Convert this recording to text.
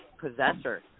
possessor